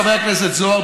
חבר הכנסת זוהר,